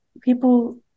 people